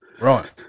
Right